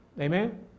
Amen